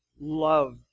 love